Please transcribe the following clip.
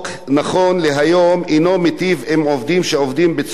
שעובדים בצורה פיזית קשה ברוב שעות היום,